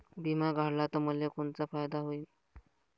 बिमा काढला त मले कोनचा फायदा होईन?